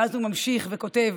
ואז, הוא ממשיך וכותב,